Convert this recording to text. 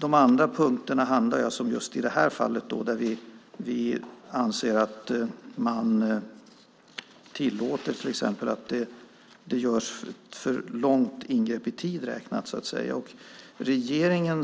De andra punkterna handlar i det här fallet om det görs ett för långt ingrepp i tid räknat. Majoriteten